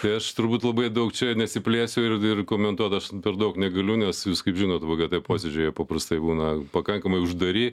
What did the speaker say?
tai aš turbūt labai daug čia nesiplėsiu ir ir komentuot aš per daug negaliu nes jūs kaip žinot vgt posėdžiai jie paprastai būna pakankamai uždari